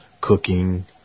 cooking